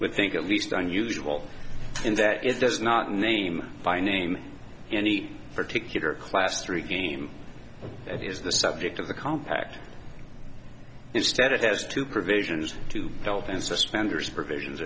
would think at least unusual in that it does not name by name any particular class three game that is the subject of the compact instead it has two provisions to belt and suspenders provisions